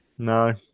No